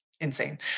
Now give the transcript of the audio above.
insane